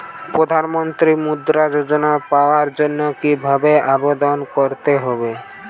প্রধান মন্ত্রী মুদ্রা যোজনা পাওয়ার জন্য কিভাবে আবেদন করতে হবে?